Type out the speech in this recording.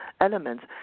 elements